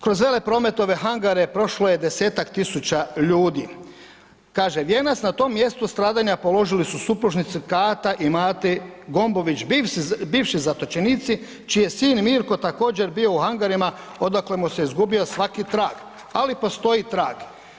Kroz Veleprometove hangare prošlo je desetak tisuća ljudi, kaže vijenac na tom mjestu stradanja položili su supružnici Kata i Mate Gombović, bivši zatočenici čiji je sin Mirko također bio u hangarima odakle mu se izgubio svaki trag, ali postoji trag.